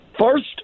first